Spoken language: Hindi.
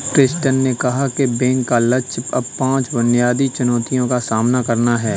प्रेस्टन ने कहा कि बैंक का लक्ष्य अब पांच बुनियादी चुनौतियों का सामना करना है